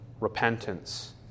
repentance